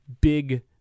big